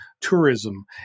tourism